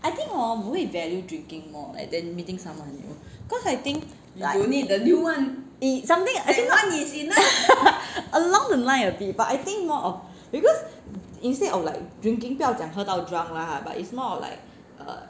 I think hor 我会 value drinking more leh then meeting someone new cause I think like something I think not along the line of it but I think more of because instead of like drinking 不要讲喝到 drunk lah but it's more of like err